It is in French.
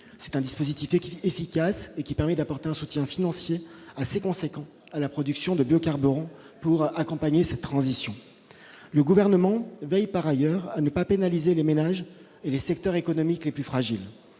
C'est un dispositif efficace, qui permet d'apporter un soutien financier assez important à la production de biocarburants pour accompagner cette transition. Le Gouvernement veille par ailleurs à ne pas pénaliser les ménages et les secteurs économiques les plus fragiles.